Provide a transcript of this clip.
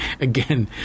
again